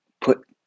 put